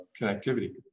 connectivity